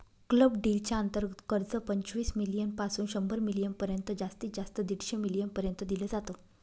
club deal च्या अंतर्गत कर्ज, पंचवीस मिलीयन पासून शंभर मिलीयन पर्यंत जास्तीत जास्त दीडशे मिलीयन पर्यंत दिल जात